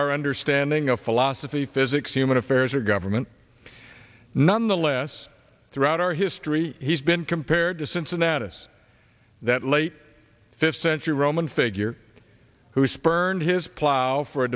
our understanding of philosophy physics human affairs or government none the less throughout our history he's been compared to cincinnatus that late fifty cents a roman figure who spurned his plow for a